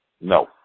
No